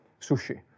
sushi